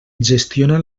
gestiona